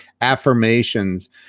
affirmations